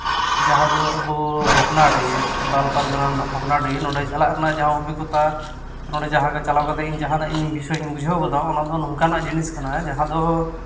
ᱡᱟᱦᱟᱸ ᱫᱚ ᱟᱵᱚ ᱵᱷᱚᱜᱽᱱᱟᱰᱤ ᱥᱟᱱᱛᱟᱲ ᱯᱟᱨᱜᱟᱱᱟ ᱨᱮᱱᱟᱜ ᱵᱷᱚᱜᱽᱱᱟᱰᱤ ᱱᱚᱰᱮ ᱪᱟᱞᱟᱜ ᱨᱮᱱᱟᱜ ᱡᱟᱦᱟᱸ ᱚᱵᱷᱤᱜᱚᱛᱟ ᱱᱚᱰᱮ ᱡᱟᱦᱟᱨᱮ ᱪᱟᱞᱟᱣ ᱠᱟᱛᱮ ᱤᱧ ᱡᱟᱦᱟᱱᱟᱜ ᱤᱧ ᱵᱤᱥᱚᱭ ᱤᱧ ᱵᱩᱡᱷᱟᱹᱣ ᱜᱚᱫᱟ ᱚᱱᱟ ᱫᱚ ᱱᱚᱝᱠᱟᱱᱟᱜ ᱡᱤᱱᱤᱥ ᱠᱟᱱᱟ ᱡᱟᱦᱟᱸ ᱫᱚ